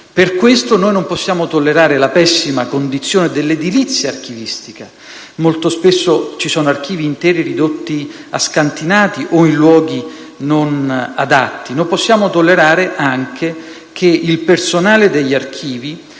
Per questo non possiamo tollerare la pessima condizione dell'edilizia archivistica: molto spesso ci sono archivi interi ridotti a scantinati o situati in luoghi non adatti. Non possiamo neanche tollerare che il personale degli archivi